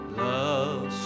love